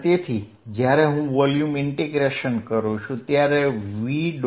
તેથી જ્યારે હું વોલ્યુમ ઇન્ટિગ્રેશન કરું છું ત્યારે v